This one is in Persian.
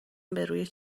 بروی